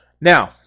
Now